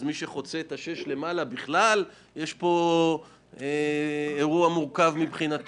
שחוצה את סוציו 6 בכלל לא יכול לפנות